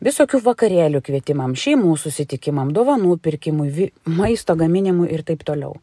visokių vakarėlių kvietimam šeimų susitikimam dovanų pirkimui vi maisto gaminimui ir taip toliau